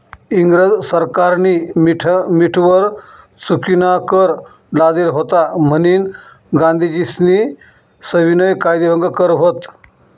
इंग्रज सरकारनी मीठवर चुकीनाकर लादेल व्हता म्हनीन गांधीजीस्नी सविनय कायदेभंग कर व्हत